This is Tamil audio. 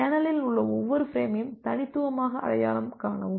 சேனலில் உள்ள ஒவ்வொரு ஃபிரேமையும் தனித்துவமாக அடையாளம் காணவும்